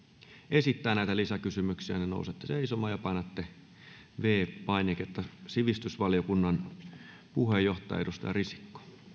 esittää näitä lisäkysymyksiä nousette seisomaan ja painatte viides painiketta sivistysvaliokunnan puheenjohtaja edustaja risikko